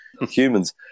humans